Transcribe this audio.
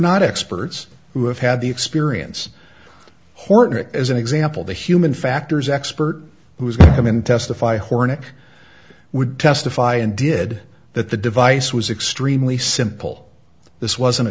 not experts who have had the experience horton as an example the human factors expert who has come in testify hornick would testify and did that the device was extremely simple this wasn't a